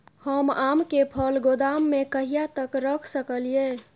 हम आम के फल गोदाम में कहिया तक रख सकलियै?